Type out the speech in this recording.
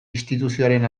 instituzioaren